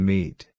Meet